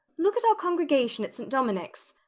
look at our congregation at st. dominic's!